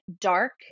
dark